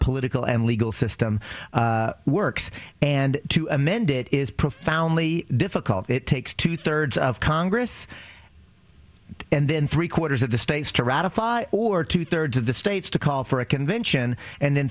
political and legal system works and to amend it is profoundly difficult it takes two thirds of congress and then three quarters of the states to ratify or two thirds of the states to call for a convention and then